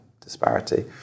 disparity